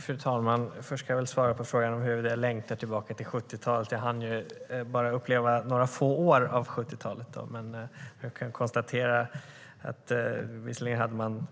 Fru talman! Först ska jag svara på frågan om huruvida jag längtar tillbaka till 70-talet. Jag hann bara uppleva några få år av 70-talet. Jag kan konstatera att man visserligen hade